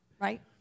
right